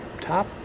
top